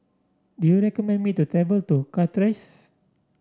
do you recommend me to travel to Castries